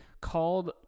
called